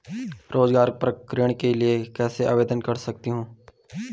रोज़गार परक ऋण के लिए मैं कैसे आवेदन कर सकतीं हूँ?